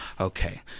okay